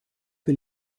que